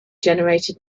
generated